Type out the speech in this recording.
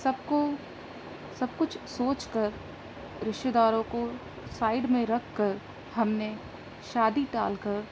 سب کو سب کچھ سوچ کر رشتہ داروں کو سائڈ میں رکھ کر ہم نے شادی ٹال کر